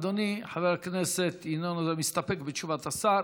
אדוני חבר הכנסת ינון מסתפק בתשובת השר.